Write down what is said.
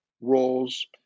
roles